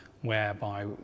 whereby